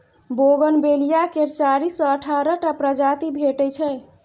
bougainvillea केर चारि सँ अठारह टा प्रजाति भेटै छै